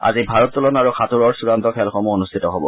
আজি ভাৰোত্তোলন আৰু সাঁতোৰৰ চূড়ান্ত খেলসমূহ অনুষ্ঠিত হ'ব